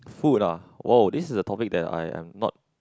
food ah !woah! this is a topic that I I am not